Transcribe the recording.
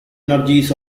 energies